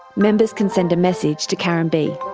members can send a message to karen b.